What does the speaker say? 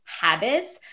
Habits